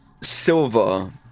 Silva